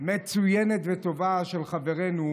מצוינת וטובה של חברנו